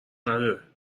نداره